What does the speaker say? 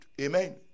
Amen